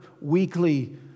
weekly